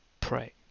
pray